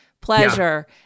pleasure